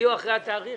איפה ההעברה הזאת?